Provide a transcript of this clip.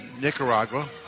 Nicaragua